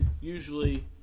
usually